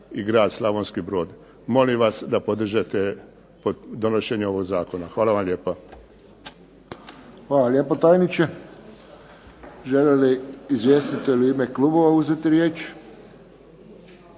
i grad Slavonski Brod. Molim vas da podržite donošenje ovog zakona. Hvala vam lijepa. **Friščić, Josip (HSS)** Hvala lijepa tajniče. Žele li izvjestitelji u ime klubova uzeti riječ?